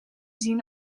zien